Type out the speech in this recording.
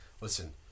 listen